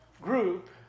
group